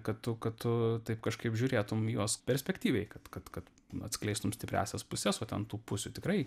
kad tu kad tu taip kažkaip žiūrėtum į juos perspektyviai kad kad kad atskleistum stipriąsias puses o ten tų pusių tikrai